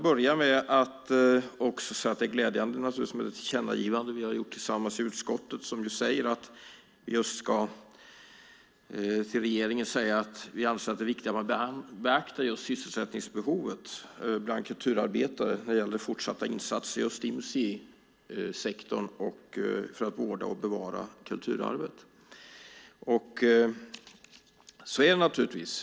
Det är naturligtvis glädjande med det tillkännagivande som vi har gjort tillsammans i utskottet som säger att vi till regeringen ska säga att vi anser att det är viktigt att beakta sysselsättningsbehovet bland kulturarbetare när det gäller fortsatta insatser i museisektorn och för att vårda och bevara kulturarvet. Så är det naturligtvis.